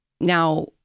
Now